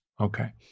Okay